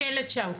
השלט שם.